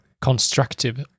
constructive